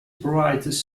provides